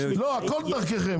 הכול דרככם.